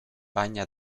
banya